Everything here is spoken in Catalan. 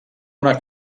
donar